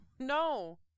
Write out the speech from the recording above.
No